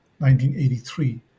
1983